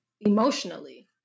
emotionally